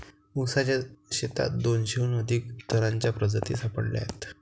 ऊसाच्या शेतात दोनशेहून अधिक तणांच्या प्रजाती सापडल्या आहेत